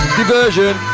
diversion